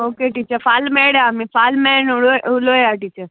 okay teacher फाल मेळ्ळ्या आमी फाल्या मेळ्ळे उलोय उलोया टिचर